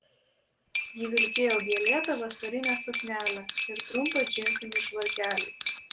ji vilkėjo gėlėtą vasarinę suknelę ir trumpą džinsinį švarkelį